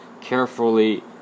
carefully